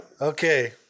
okay